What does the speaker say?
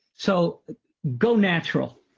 so go natural,